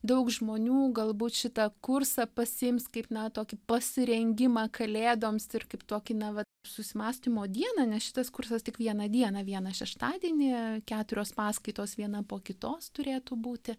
daug žmonių galbūt šitą kursą pasiims kaip na tokį kaip pasirengimą kalėdoms ir kaip tokį na vat susimąstymo dieną nes šitas kursas tik vieną dieną vieną šeštadienį keturios paskaitos viena po kitos turėtų būti